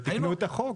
ותיקנו את החוק.